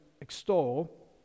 extol